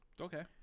Okay